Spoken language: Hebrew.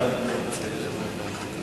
ההצעה להעביר